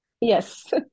yes